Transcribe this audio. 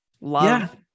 love